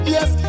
Yes